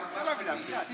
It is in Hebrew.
ולדימיר, בבקשה.